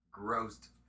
grossed